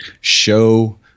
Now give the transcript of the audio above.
show